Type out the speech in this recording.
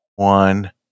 One